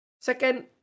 Second